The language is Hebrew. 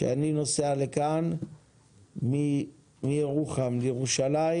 כשאני נוסע לכאן מירוחם לירושלים,